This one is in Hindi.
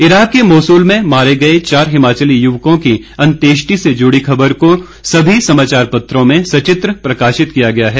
इराक के मोसुल में मारे गए चार हिमाचली युवकों की अंत्येष्टि से जुड़ी खबर भी सभी समाचार पत्रों में सचित्र प्रकााशित है